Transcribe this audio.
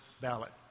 ballot